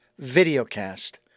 videocast